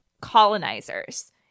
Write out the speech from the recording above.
colonizers